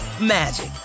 magic